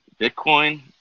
Bitcoin